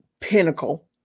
pinnacle